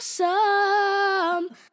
awesome